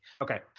okay